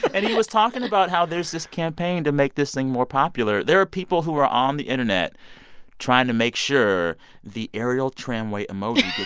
and he was talking about how there's this campaign to make this thing more popular. there are people who are on the internet trying to make sure the aerial tramway emoji